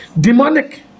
Demonic